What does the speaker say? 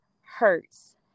hurts